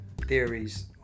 theories